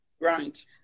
Right